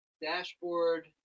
dashboard